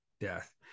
death